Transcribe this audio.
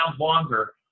longer